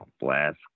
blast